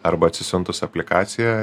arba atsisiuntus aplikaciją